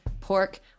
pork